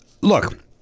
look